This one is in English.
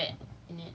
when it's like